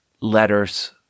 letters